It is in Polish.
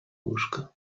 łóżka